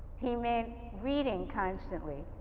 he meant reading constantly.